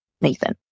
Nathan